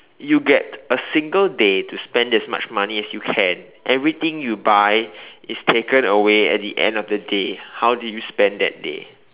you get a single day to spend as much money as you can everything you buy is taken away at the end of the day how do you spend that day